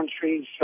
countries